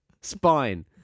Spine